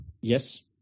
Yes